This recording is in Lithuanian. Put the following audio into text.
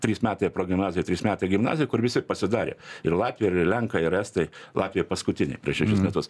trys metai progimnazija trys metai gimnazija kur visi pasidarė ir latviai ir lenkai ir estai latvija paskutinė prieš metus